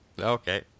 okay